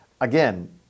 Again